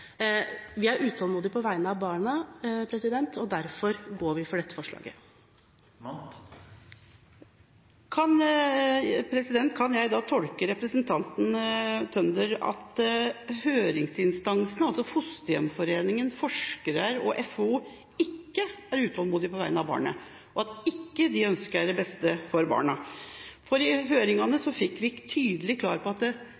Vi er utålmodige på vegne av barna. Derfor går vi inn for dette forslaget. Kan jeg da tolke representanten Tønder slik at høringsinstansene, altså Fosterhjemsforeningen, forskere og FO, ikke er utålmodige på vegne av barna, og at de ikke ønsker det beste for barna? Høringene var tydelige og klare på at